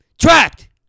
Trapped